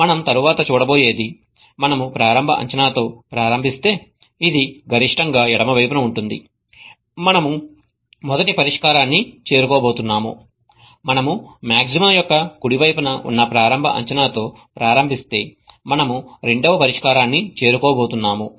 మనం తరువాత చూడబోయేది మనము ప్రారంభ అంచనాతో ప్రారంభిస్తే ఇది గరిష్టంగా ఎడమ వైపున ఉంటుంది మనము మొదటి పరిష్కారాన్ని చేరుకోబోతున్నాము మనము మాగ్జిమా యొక్క కుడి వైపున ఉన్న ప్రారంభ అంచనాతో ప్రారంభిస్తే మనము రెండవ పరిష్కారాన్ని చేరుకోబోతున్నాము